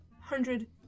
Hundred